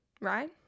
right